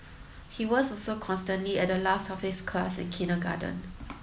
he was also constantly at the last of his class in kindergarten